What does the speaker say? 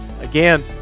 Again